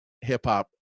hip-hop